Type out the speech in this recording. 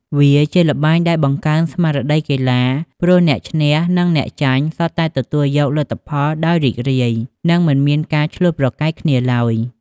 វាជាល្បែងដែលបង្កើនស្មារតីកីឡា ព្រោះអ្នកឈ្នះនិងអ្នកចាញ់សុទ្ធតែទទួលយកលទ្ធផលដោយរីករាយ និងមិនមានការឈ្លោះប្រកែកគ្នាឡើយ។